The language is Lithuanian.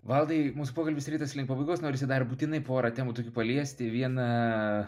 valdai mūsų pokalbis ritas link pabaigos norisi dar būtinai porą temų tokių paliesti vieną